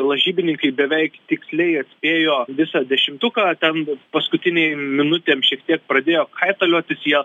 lažybininkai beveik tiksliai atspėjo visą dešimtuką ten paskutinėm minutėm šiek tiek pradėjo kaitaliotis jie